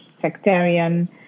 sectarian